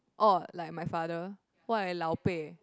orh like my father why lao-peh